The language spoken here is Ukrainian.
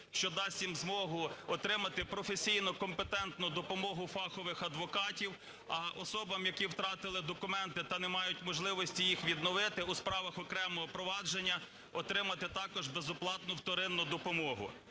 що дасть їм змогу отримати професійну компетентну допомогу фахових адвокатів, а особам, які втратили документи та не мають можливості їх відновити, у справах окремого провадження отримати також безоплатну вторинну допомогу.